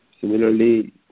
Similarly